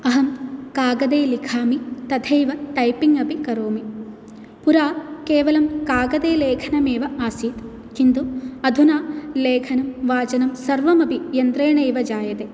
अहं कागदे लिखामि तथैव टैपिङ्ग अपि करोमि पुरा केवलं कागदे लेखनमेव आसीत् किन्तु अधुना लेखनं वाचनं सर्वम् अपि यन्त्रेणैव जायते